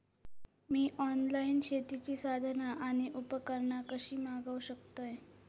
मी online शेतीची साधना आणि उपकरणा कशी मागव शकतय?